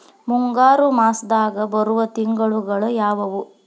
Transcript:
ಮುಂಗಾರು ಮಾಸದಾಗ ಬರುವ ತಿಂಗಳುಗಳ ಯಾವವು?